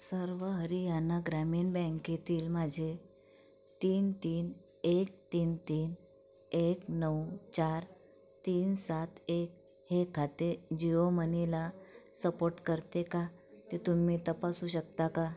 सर्व हरियाणा ग्रामीण बँकेतील माझे तीन तीन एक तीन तीन एक नऊ चार तीन सात एक हे खाते जिओ मनीला सपोट करते का ते तुम्ही तपासू शकता का